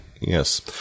Yes